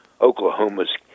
Oklahoma's